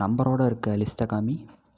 நம்பரோடு இருக்கற லிஸ்ட்டை காமி